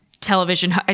television